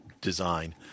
design